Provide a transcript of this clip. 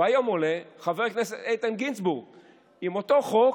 והיום עולה חבר הכנסת איתן גינזבורג עם אותו חוק.